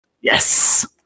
Yes